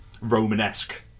Romanesque